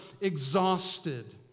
exhausted